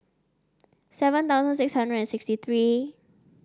seven thousand six hundred and sixty three